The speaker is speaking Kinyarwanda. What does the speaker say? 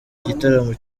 igitaramo